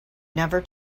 never